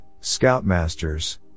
scoutmasters